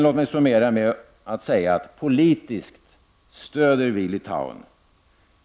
Låt mig summera: Politiskt stöder vi Litauen.